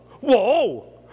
Whoa